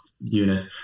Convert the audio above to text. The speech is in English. Unit